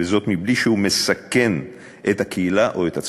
וזאת מבלי שהוא מסכן את הקהילה או את עצמו.